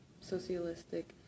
socialistic